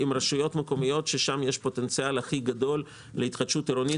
עם רשויות מקומיות בהן יש פוטנציאל הכי גדול להתחדשות עירונית.